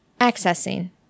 Accessing